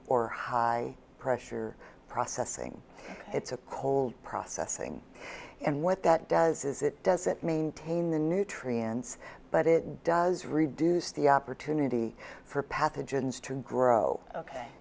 or high pressure processing it's a cold processing and what that does is it does it mean tain the nutrients but it does reduce the opportunity for pathogens to grow ok